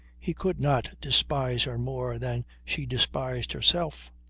he could not despise her more than she despised herself.